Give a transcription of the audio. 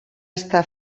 està